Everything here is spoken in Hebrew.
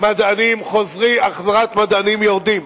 מדענים יורדים.